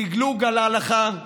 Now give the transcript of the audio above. לגלוג על ההלכה,